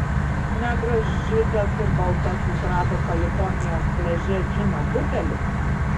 negras žydas ir baltasis rado kalifornijos pliaže džino butelį